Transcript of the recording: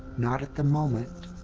not at the moment.